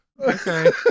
Okay